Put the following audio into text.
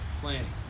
planning